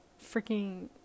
freaking